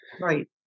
Right